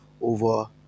over